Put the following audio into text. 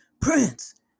prince